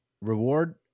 Reward